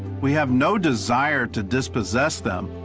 we have no desire to dispossess them.